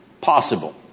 Possible